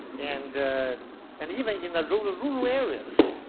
and and even in urrural areas,